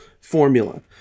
formula